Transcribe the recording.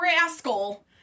Rascal